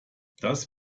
das